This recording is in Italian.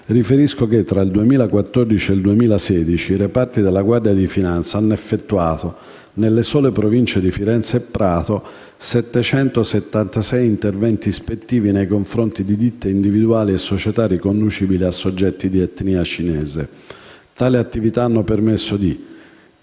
riferisco che, tra il 2014 e il 2016, i reparti della Guardia di finanza hanno effettuato, nelle sole Province di Firenze e Prato, 776 interventi ispettivi nei confronti di ditte individuali e società riconducibili a soggetti di etnia cinese. Tali attività hanno permesso di: